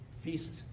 feast